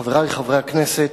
חברי חברי הכנסת,